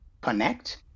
connect